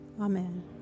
Amen